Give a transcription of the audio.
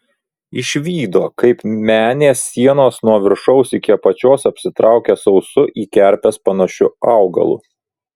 išvydo kaip menės sienos nuo viršaus iki apačios apsitraukia sausu į kerpes panašiu augalu